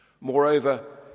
Moreover